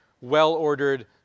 well-ordered